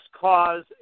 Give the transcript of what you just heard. cause